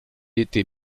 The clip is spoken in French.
était